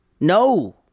No